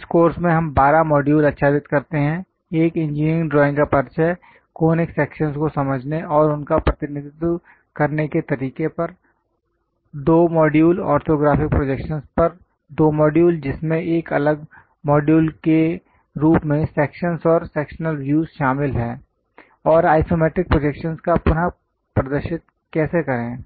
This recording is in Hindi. इस कोर्स में हम 12 मॉड्यूल आच्छादित करते हैं 1 इंजीनियरिंग ड्राइंग का परिचय कॉनिक सेक्शंस को समझने और उनका प्रतिनिधित्व करने के तरीके पर 2 मॉड्यूल ऑर्थोग्राफिक प्रोजेक्शनस् पर 2 मॉड्यूल जिसमें एक अलग मॉड्यूल के रूप में सेक्शंस और सेक्शनल व्यज शामिल हैं और आइसोमेट्रिक प्रोजेक्शनस् का पुनः प्रदर्शित कैसे करें